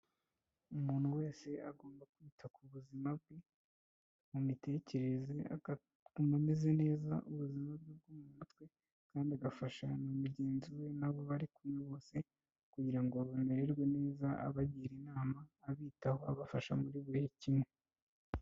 Umuntu wese agomba kwita ku buzima bwe mu mitekerereze akumva ameze neza ubuzima bwe bwo mu mutwe kandi agafasha na mugenzi we n'abo bari kumwe bose kugira ngo bamererwe neza abagira inama abitaho abafasha muri buri kimwe.